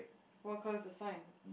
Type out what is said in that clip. what colour is the sign